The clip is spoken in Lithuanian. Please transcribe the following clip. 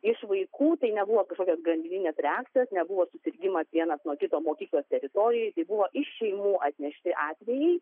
iš vaikų tai nebuvo kažkokios grandininės reakcijos nebuvo susirgimas vienas nuo kito mokyklos teritorijoj tai buvo iš šeimų atnešti atvejai